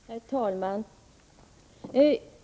Herr talman!